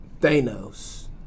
Thanos